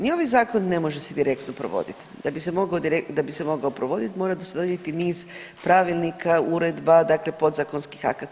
Ni ovaj zakon ne može se direktno provodit, da bi se mogao provoditi mora se donijeti niz pravilnika, uredba, dakle podzakonskih akata.